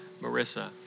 Marissa